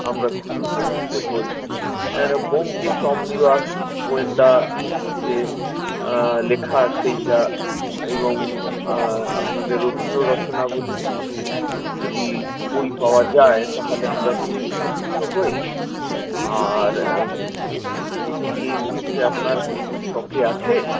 আমরা খুবই উপকৃত হই এর একটা ব্যোমকেশ অমনিবাস গোয়েন্দা যে লেখা সেটা এবং আপনাদের রবীন্দ্র রচনাবলীর কিছু যদি বই পাওয়া যায় তাহলে আমরা খুবই উপকৃত হই আর এটা কি এই মুহূর্তে আপনার স্টকে আছে